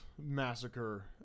massacre